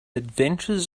adventures